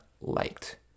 liked